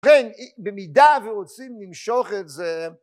כן במידה ורוצים למשוך את זה